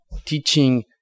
teaching